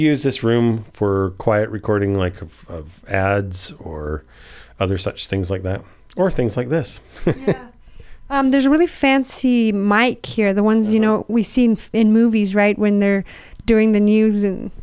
use this room for quiet recording like of ads or other such things like that or things like this there's a really fancy mike here the ones you know we seem in movies right when they're doing the news